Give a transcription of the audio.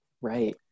Right